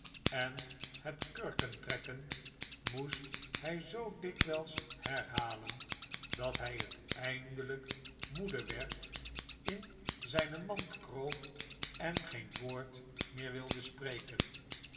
en het kurkentrekken moest hij zoo dikwijls herhalen dat hij het eindelijk moede werd in zijne mandkroop en geen woord meer wilde spreken